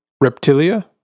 reptilia